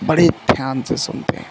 बड़े ध्यान से सुनते हैं